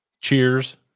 Cheers